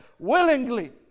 Willingly